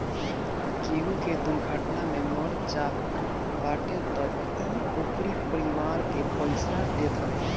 केहू के दुर्घटना में मर जात बाटे तअ इ ओकरी परिवार के पईसा देत हवे